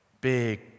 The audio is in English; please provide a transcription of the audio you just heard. big